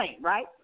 right